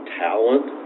talent